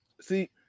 see